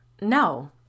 No